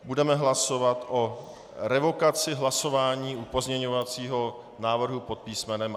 Budeme hlasovat o revokaci hlasování u pozměňovacího návrhu pod písm.